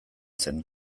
zen